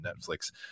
netflix